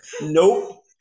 Nope